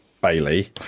bailey